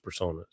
personas